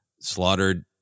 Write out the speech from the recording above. slaughtered